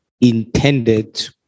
intended